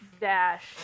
dash